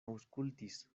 aŭskultis